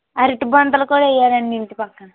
అరటి బొందలు కూడా వెయ్యాలండి ఇంటి పక్క